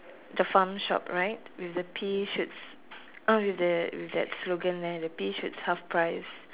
the farm shop right with the pea shoots uh with the with that slogan where the pea shoots half price